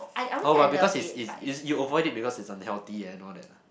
oh my because is is is you avoid it because it's unhealthy eh and know that lah